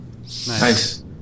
Nice